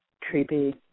creepy